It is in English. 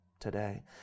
today